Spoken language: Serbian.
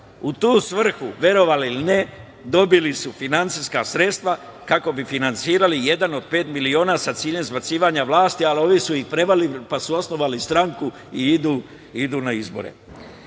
U tu svrhu, verovali ili ne, dobili su finansijska sredstva kako bi finansirali „1 od 5 miliona“ sa ciljem zbacivanja sa vlasti, ali ovi su ih prevarili pa su osnovali stranku i idu na izbore. Dragan